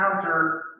counter